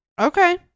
Okay